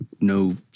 no